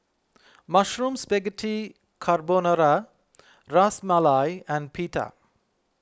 Mushroom Spaghetti Carbonara Ras Malai and Pita